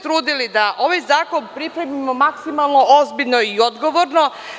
Trudili smo se da ovaj zakon pripremimo maksimalno ozbiljno i odgovorno.